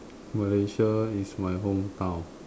Malaysia is my hometown